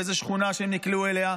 באיזה שכונה שהם נקלעו אליה,